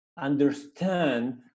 understand